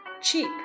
Cheap